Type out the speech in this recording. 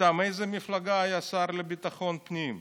מטעם איזו מפלגה היה השר לביטחון הפנים?